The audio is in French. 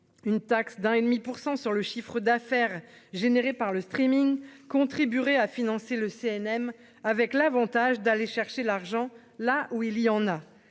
demi pour 100 sur le chiffre d'affaires générés par le streaming contribuerez à financer le CNM, avec l'Avantage d'aller chercher l'argent là où il y en a,